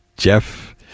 Jeff